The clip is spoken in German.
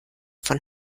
von